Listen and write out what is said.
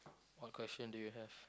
what question do you have